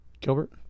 Gilbert